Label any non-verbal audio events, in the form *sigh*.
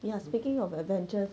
*noise*